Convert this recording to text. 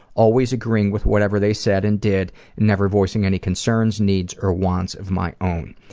always agreeing with whatever they said and did, and never voicing any concerns, needs, or wants of my own.